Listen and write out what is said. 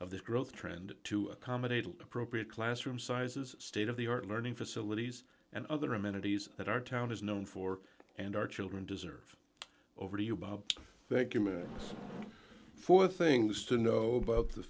of this growth trend to accommodate appropriate classroom sizes state of the art learning facilities and other amenities that our town is known for and our children deserve over to you bob thank you mayor for things to know about the